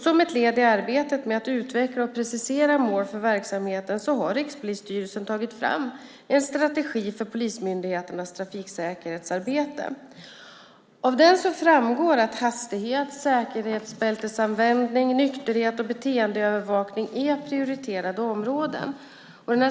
Som ett led i arbetet med att utveckla och precisera mål för verksamheten har Rikspolisstyrelsen tagit fram en strategi för polismyndigheternas trafiksäkerhetsarbete. Av den framgår att hastighet, säkerhetsbältesanvändning, nykterhet och beteendeövervakning är prioriterade områden.